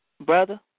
Brother